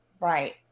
right